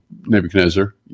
Nebuchadnezzar